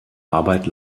arbeit